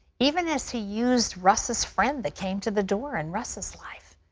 even as he used russ's friend that came to the door in russ's life.